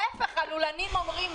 להיפך, הלולנים אומרים